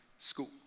school